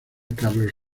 carlos